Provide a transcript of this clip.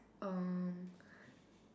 um